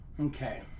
Okay